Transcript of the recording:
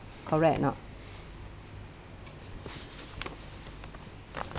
correct or not